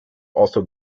also